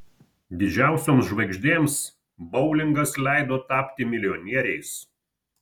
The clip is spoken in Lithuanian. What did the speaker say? didžiausioms žvaigždėms boulingas leido tapti milijonieriais